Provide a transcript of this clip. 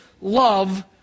love